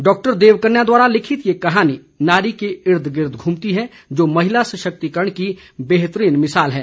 doctor Devkanya द्वारा लिखित ये कहानी नारी के इर्द गिर्द धूमती है जो महिला सशक्तिकरण की बेहतरीन मिसाल है